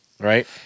Right